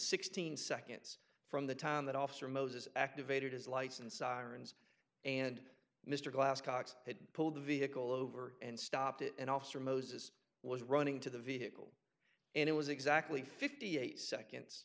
sixteen seconds from the time that officer moses activated his lights and sirens and mr glascock had pulled the vehicle over and stopped it and officer moses was running to the vehicle and it was exactly fifty eight seconds